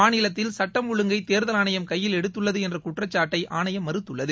மாநிலத்தில் சுட்டம் ஒழுங்கை தேர்தல் ஆணையம் கையில் எடுத்துள்ளது என்ற குற்றச்சாட்டை ஆணையம் மறுத்துள்ளது